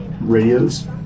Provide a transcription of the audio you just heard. radios